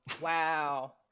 Wow